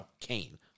Kane